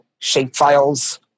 shapefiles